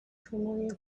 familiar